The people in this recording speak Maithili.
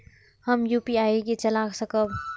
हम यू.पी.आई के चला सकब?